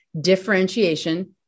differentiation